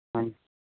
ਹਾਂਜੀ